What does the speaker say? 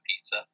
pizza